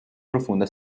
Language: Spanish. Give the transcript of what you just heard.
profunda